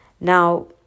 Now